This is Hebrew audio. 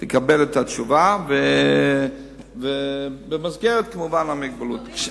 תקבל את התשובה, כמובן במסגרת המגבלות.